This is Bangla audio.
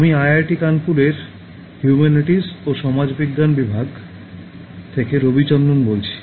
আমি আইআইটি কানপুরের হিউমানিটিস ও সমাজ বিজ্ঞান বিভাগ থেকে রবিচন্দ্রন বলছি